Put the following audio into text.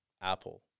Apple